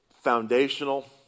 foundational